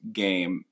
game